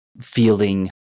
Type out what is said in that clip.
feeling